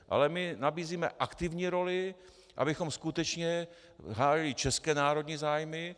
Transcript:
Ale my nabízíme aktivní roli, abychom skutečně hájili české národní zájmy.